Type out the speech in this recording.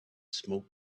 smoke